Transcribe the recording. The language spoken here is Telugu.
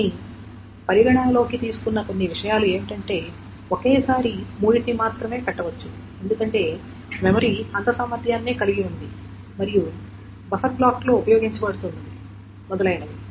కానీ పరిగణనలోకి తీసుకున్న కొన్ని విషయాలు ఏమిటంటే ఒకేసారి మూడిటిని మాత్రమే పెట్టవచ్చు ఎందుకంటే మెమరీ అంత సామర్థ్యాన్నే కలిగి ఉంది మరియు బఫర్ బ్లాక్లో ఉపయోగించబడుతుంది మొదలైనవి